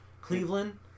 Cleveland